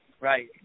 Right